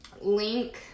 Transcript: Link